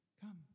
come